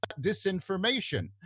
disinformation